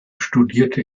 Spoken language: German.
studierte